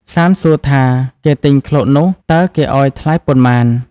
សាន្តសួរថា “គេទិញឃ្លោកនោះ តើគេឱ្យថ្លៃប៉ុន្មាន?”។